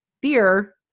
beer